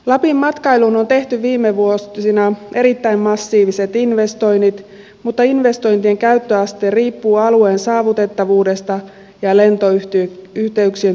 lapin matkailuun on tehty viime vuosina erittäin massiiviset investoinnit mutta investointien käyttöaste riippuu alueen saavutettavuudesta ja lentoyhteyksien toimivuudesta